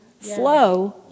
flow